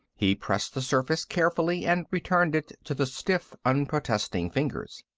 he pressed the surface carefully and returned it to the stiff, unprotesting fingers.